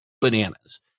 bananas